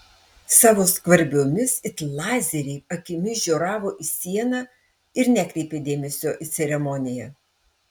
savo skvarbiomis it lazeriai akimis žioravo į sieną ir nekreipė dėmesio į ceremoniją